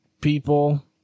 people